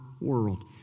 world